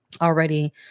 already